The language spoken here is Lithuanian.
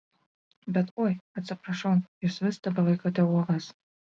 bet oi atsiprašau jūs vis tebelaikote uogas